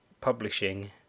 publishing